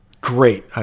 Great